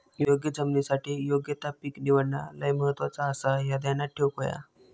योग्य जमिनीसाठी योग्य ता पीक निवडणा लय महत्वाचा आसाह्या ध्यानात ठेवूक हव्या